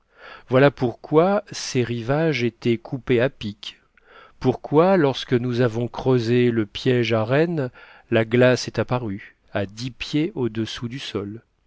voilà pourquoi ses rivages étaient coupés à pic pourquoi lorsque nous avons creusé le piège à rennes la glace est apparue à dix pieds au-dessous du sol